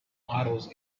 models